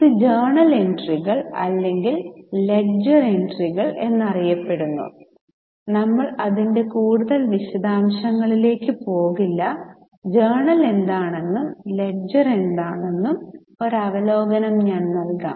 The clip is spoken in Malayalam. ഇത് ജേണൽ എൻട്രികൾ അല്ലെങ്കിൽ ലെഡ്ജർ എൻട്രികൾ എന്നറിയപ്പെടുന്നു നമ്മൾ അതിന്റെ കൂടുതൽ വിശദാംശങ്ങളിലേക്ക് പോകില്ല ജേണൽ എന്താണെന്നും ലെഡ്ജർ എന്താണെന്നും ഒരു അവലോകനം ഞാൻ നൽകാം